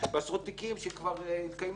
בעשרות תיקים שכבר התקיימו.